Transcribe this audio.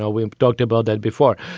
ah we talked about that before.